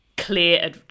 clear